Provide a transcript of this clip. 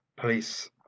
police